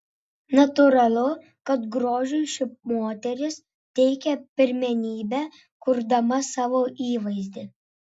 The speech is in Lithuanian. natūralu kad grožiui ši moteris teikia pirmenybę kurdama savo įvaizdį